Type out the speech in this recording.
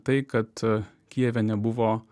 tai kad kijeve nebuvo